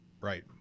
Right